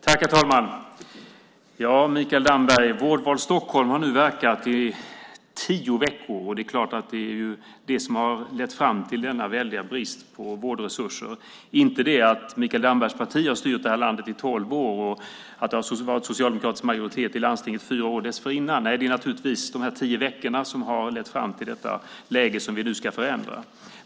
Herr talman! Vårdval Stockholm har nu verkat i tio veckor, Mikael Damberg, och det är ju klart att det är det som har lett fram till denna väldiga brist på vårdresurser - inte det att Mikael Dambergs parti har styrt det här landet i tolv år och att det har varit socialdemokratisk majoritet i landstinget fyra år före detta. Nej, det är naturligtvis de här tio veckorna som har lett fram till det läge som vi nu ska förändra!